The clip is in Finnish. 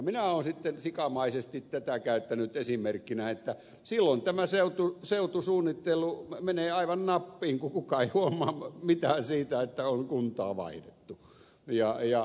minä olen sitten sikamaisesti tätä käyttänyt esimerkkinä että silloin tämä seutusuunnittelu menee aivan nappiin kun kukaan ei huomaa mitään siitä että on kuntaa vaihdettu